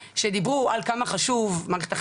שדיברו על כמה חשובה מערכת החינוך,